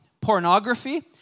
pornography